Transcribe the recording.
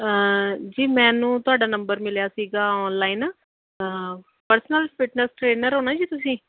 ਜੀ ਮੈਨੂੰ ਤੁਹਾਡਾ ਨੰਬਰ ਮਿਲਿਆ ਸੀਗਾ ਆਨਲਾਈਨ ਪਰਸਨਲ ਫਿਟਨੈਸ ਟਰੇਨਰ ਹੋ ਨਾ ਜੀ ਤੁਸੀਂ